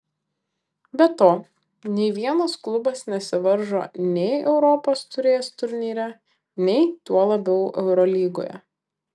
be to nei vienas klubas nesivaržo nei europos taurės turnyre nei tuo labiau eurolygoje